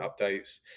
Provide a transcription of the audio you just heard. updates